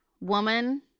woman